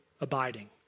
abiding